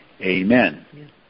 Amen